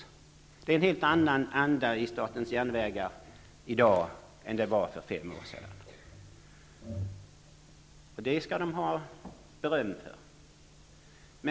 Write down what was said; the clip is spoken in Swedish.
Det är en helt annan anda i statens järnvägar i dag än det var för fem år sedan. Det skall de ha beröm för.